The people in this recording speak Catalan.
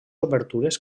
obertures